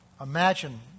Imagine